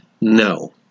No